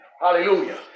Hallelujah